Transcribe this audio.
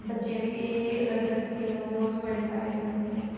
बच्चें दी एह् एह् अलग अलग खेल होंदी होर बी बड़े सारे खेल होंदे